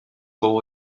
fou